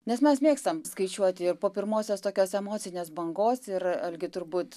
nes mes mėgstam skaičiuoti ir po pirmosios tokios emocinės bangos ir algi turbūt